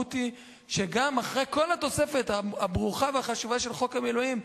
המשמעות היא שגם אחרי כל התוספת הברוכה והחשובה של חוק המילואים,